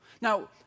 Now